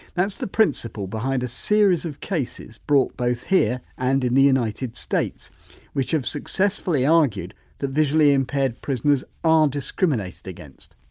that's the principle behind a series of cases brought both here and in the united states which have successfully argued that visually impaired prisoners are discriminated against.